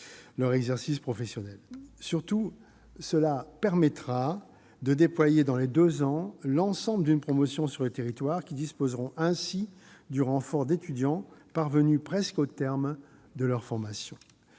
-son exercice professionnel. Surtout, il permettra de déployer dans deux ans l'ensemble d'une promotion sur les territoires. Ainsi, ces derniers disposeront du renfort d'étudiants parvenus presque au terme de leur formation.